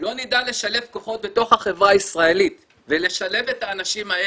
לא נדע לשלב כוחות בתוך החברה הישראלית ולשלב את האנשים האלה,